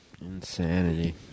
Insanity